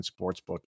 sportsbook